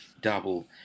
double